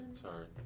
Sorry